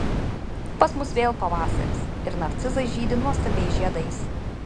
pas mus vėl pavasaris ir narcizai žydi nuostabiais žiedais